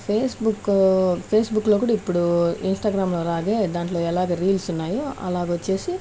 Facebook ఫేస్బుక్లో కూడా ఇప్పుడు ఇంస్టాగ్రామ్లాగే దాంట్లో ఎలాగా రీల్స్ ఉన్నాయో అలాగా వచ్చేసి